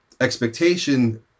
expectation